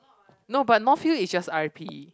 no but north-hill is just R_I_P_E